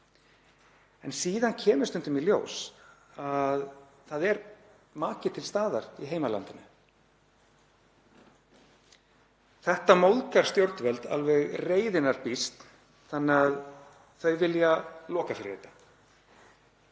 en síðan kemur stundum í ljós að það er maki til staðar í heimalandinu. Þetta móðgar stjórnvöld alveg reiðinnar býsn þannig að þau vilja loka fyrir þetta,